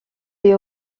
est